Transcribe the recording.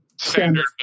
Standard